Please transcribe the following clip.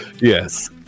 Yes